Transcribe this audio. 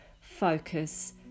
focus